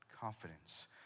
confidence